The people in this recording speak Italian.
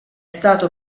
stato